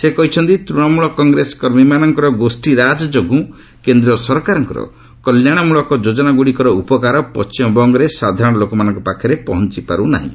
ସେ କହିଛନ୍ତି ତୂଣମୂଳ କଂଗ୍ରେସ କର୍ମୀମାନଙ୍କର ଗୋଷ୍ଠୀରାଜ ଯୋଗୁଁ କେନ୍ଦ୍ର ସରକାରଙ୍କର କଲ୍ୟାଣମୂଳକ ଯୋଜନା ଗୁଡ଼ିକର ଉପକାର ପଶ୍ଚିମବଙ୍ଗରେ ସାଧାରଣ ଲୋକମାନଙ୍କ ପାଖରେ ପହଞ୍ଚପାରୁ ନାହିଁ